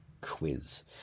quiz